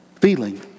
feeling